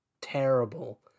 terrible